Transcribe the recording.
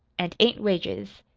an't ain't wages.